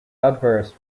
adverse